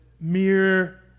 mere